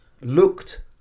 looked